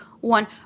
one